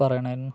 പറയണമായിരുന്നു